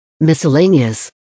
Miscellaneous